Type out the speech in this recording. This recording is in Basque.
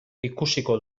ikusiko